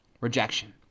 rejection